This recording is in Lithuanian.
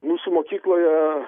mūsų mokykloje